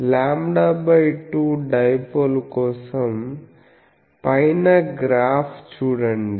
λ2 dipole కోసం పైన graph చూడండి